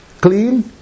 clean